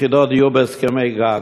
יחידות דיור בהסכמי גג,